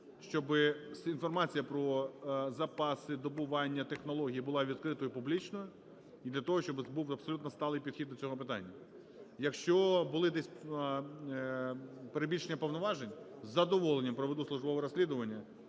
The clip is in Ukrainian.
щоб інформація про запаси, добування, технології була відкритою і публічною, і для того, щоб був абсолютно сталий підхід до цього питання. Якщо були десь перебільшення повноважень, із задоволенням проведу службове розслідування